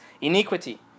iniquity